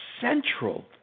central